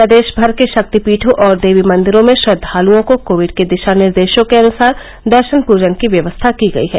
प्रदेश भर के शक्तिपीठों और देवी मंदिरों में श्रद्वालुओं को कोविड के दिशा निर्देशों के अनुसार दर्शन पूजन की व्यवस्था की गयी है